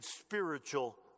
spiritual